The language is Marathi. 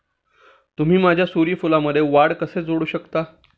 तुम्ही माझ्या सूर्यफूलमध्ये वाढ कसे जोडू शकता?